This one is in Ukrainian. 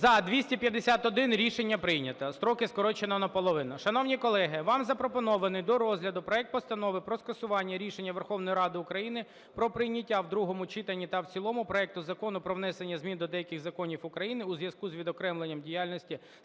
За-251 Рішення прийнято. Строки скорочено наполовину. Шановні колеги, вам запропонований до розгляду проект Постанови про скасування рішення Верховної Ради України про прийняття в другому читанні та в цілому проекту Закону "Про внесення змін до деяких законів України у зв'язку з відокремленням діяльності з